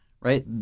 right